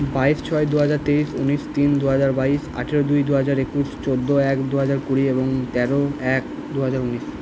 বাইশ ছয় দুহাজার তেইশ উনিশ তিন দুহাজার বাইশ আঠেরো দুই দুহাজার একুশ চোদ্দো এক দুহাজার কুড়ি এবং তেরো এক দুহাজার উনিশ